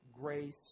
grace